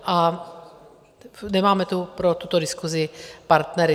A nemáme tu pro tuto diskusi partnery.